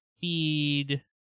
feed